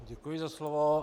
Děkuji za slovo.